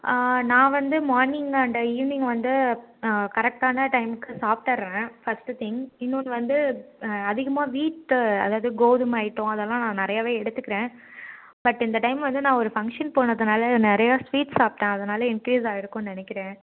நான் வந்து morning and evening வந்து கரெக்டான டைம்க்கு சாப்பிட்டுட்றேன் ஃபர்ஸ்ட்டு திங் இன்னொன்று வந்து அதிகமாக வீட்டு அதாவது கோதுமை ஐட்டம் அதெல்லாம் நான் நிறையாவே எடுத்துக்குறேன் பட் இந்த டைம் வந்து நான் ஒரு ஃபங்க்ஷன் போனதுனால நிறையா ஸ்வீட் சாப்பிட்டேன் அதனால் இன்க்ரீஸ் ஆயிருக்கும்னு நினைக்கிறேன்